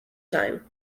time